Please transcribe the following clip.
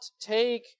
take